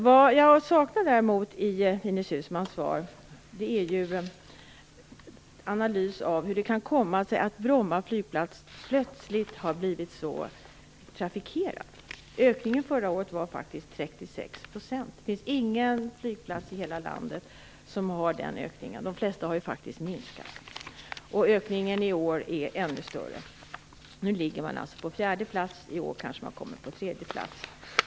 Vad jag däremot saknar i Ines Uusmanns svar, är en analys av hur det kan komma sig att Bromma flygplats plötsligt har blivit så trafikerad. Ökningen förra året var faktiskt 36 %. Det finns ingen flygplats i hela landet som har en sådan ökning - de flesta har ju faktiskt minskat! Ökningen i år är ännu större. Man ligger nu på fjärde plats, och i år kanske man kommer på tredje plats.